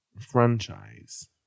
Franchise